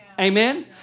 Amen